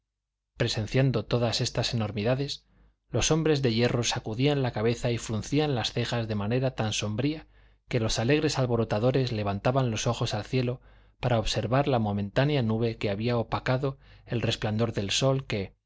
presenciando todas estas enormidades los hombres de hierro sacudían la cabeza y fruncían las cejas de manera tan sombría que los alegres alborotadores levantaban los ojos al cielo para observar la momentánea nube que había opacado el resplandor del sol que